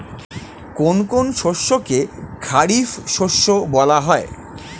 কোন কোন শস্যকে খারিফ শস্য বলা হয়?